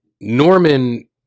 Norman